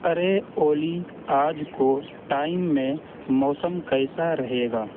ارے اولی آج کو ٹائم میں موسم کیسا رہے گا